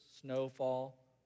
snowfall